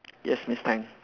yes miss tang